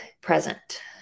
present